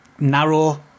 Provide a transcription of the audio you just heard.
narrow